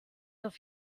auf